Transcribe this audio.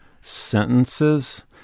sentences